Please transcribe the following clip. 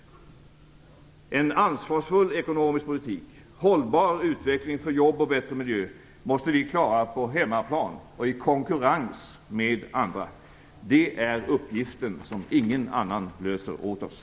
En ansvarsfull ekonomisk politik, en hållbar utveckling för jobb och bättre miljö, måste vi klara på hemmaplan och i konkurrens med andra. Det är uppgiften som ingen annan löser åt oss.